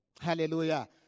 Hallelujah